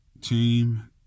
team